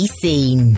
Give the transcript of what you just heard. seen